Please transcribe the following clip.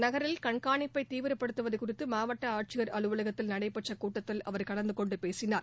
நகரில் கண்காணிப்பை தீவிரப்படுத்துவது குறித்து மாவட்ட ஆட்சியர் அலுவலகத்தில் நடைபெற்ற கூட்டத்தில் அவர் கலந்து கொண்டு பேசினார்